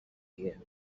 here